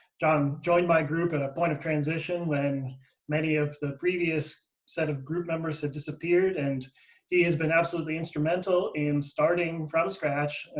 john joined my group at a point of transition, when many of the previous set of group members had disappeared, and he has been absolutely instrumental in starting, from scratch,